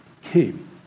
came